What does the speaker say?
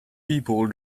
people